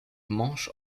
manche